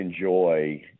enjoy